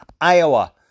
Iowa